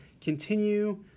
Continue